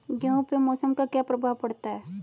गेहूँ पे मौसम का क्या प्रभाव पड़ता है?